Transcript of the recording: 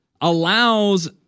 allows